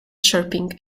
chirping